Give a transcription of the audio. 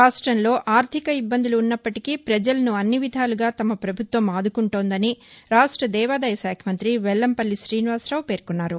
రాష్ట్రము లో ఆర్ధిక ఇబ్బందులు ఉన్నపటికీ ప్రపజలను అన్ని విధాలుగా తమ ప్రభుత్వం ఆదుకొంటోందని రాష్ట దేవాదాయ శాఖ మంత్రి వెలంపల్లి తీనివాసరావు పేర్కొన్నారు